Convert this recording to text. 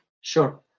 Sure